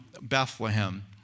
Bethlehem